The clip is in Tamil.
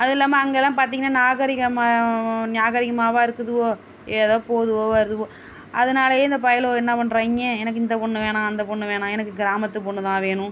அதுவும் இல்லாமல் அங்கேல்லாம் பார்த்திங்கன்னா நாகரிகமாக நாகரிகமாவா இருக்குதுவோ ஏதோ போதுவோ வருதுவோ அதனாலயே இந்த பயலுவோ என்ன பண்ணுறாங்கே எனக்கு இந்த பொண்ணு வேணாம் அந்த பொண்ணு வேணாம் எனக்கு கிராமத்து பொண்ணு தான் வேணும்